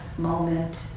moment